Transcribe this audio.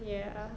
ya